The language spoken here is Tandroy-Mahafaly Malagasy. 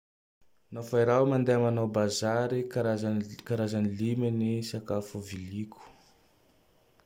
Nao fa i raho mandea manao bazary, karaza karazany Limy ny sakafo viliko.